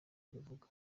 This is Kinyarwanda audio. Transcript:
mbivuga